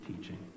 teaching